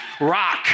Rock